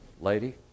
lady